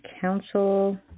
Council